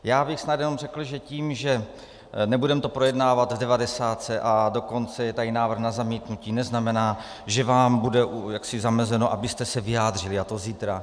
Já bych snad jenom řekl, že tím, že to nebudeme projednávat v devadesátce, a dokonce je tady návrh na zamítnutí, neznamená, že vám bude jaksi zamezeno, abyste se vyjádřili, a to zítra.